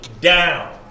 down